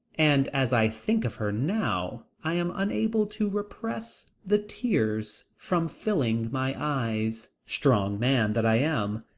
and as i think of her now i am unable to repress the tears from filling my eyes, strong man that i am.